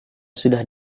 sudah